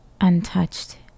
untouched